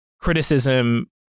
criticism